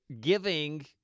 giving